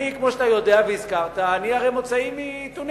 אני, כמו שאתה יודע והזכרת, הרי מוצאי מתוניס.